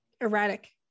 erratic